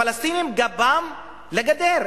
הפלסטינים, גבם לגדר.